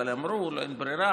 אבל אמרו: אין ברירה,